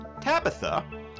tabitha